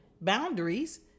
Boundaries